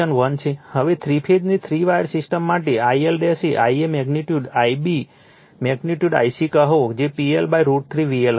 હવે થ્રી ફેઝની three wire system માટે IL એ Ia magnitude Ib magnitude Ic કહો જે PL √ 3 VL હશે